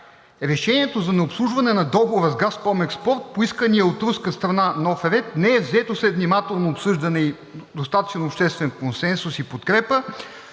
„Решението за необслужване на договора с „Газпром Експорт“ по искания от руска страна нов ред не е взето след внимателно обсъждане и достатъчен обществен консенсус и подкрепа